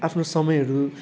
आफ्नो समयहरू